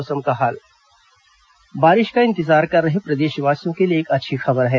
मौसम बारिश का इंतजार कर रहे प्रदेशवासियों के लिए एक अच्छी खबर है